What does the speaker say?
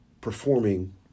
performing